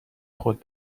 خود